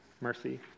mercy